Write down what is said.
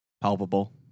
Palpable